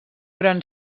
gran